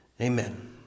Amen